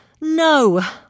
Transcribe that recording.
No